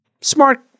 smart